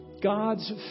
God's